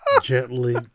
gently